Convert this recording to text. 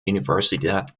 universidad